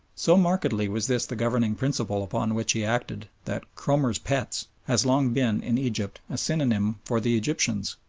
so markedly was this the governing principle upon which he acted that cromer's pets has long been in egypt a synonym for the egyptians.